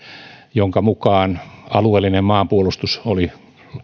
jonka mukaan alueellinen maanpuolustus oli